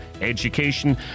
education